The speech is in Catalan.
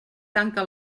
tanca